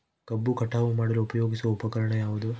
ಕಬ್ಬು ಕಟಾವು ಮಾಡಲು ಉಪಯೋಗಿಸುವ ಉಪಕರಣ ಯಾವುದು?